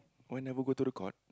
why never go to the court